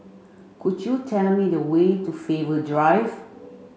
could you tell me the way to Faber Drive